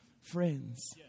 friends